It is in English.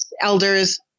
elders